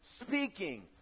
speaking